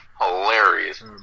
Hilarious